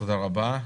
תודה רבה.